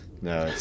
No